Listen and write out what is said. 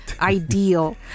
ideal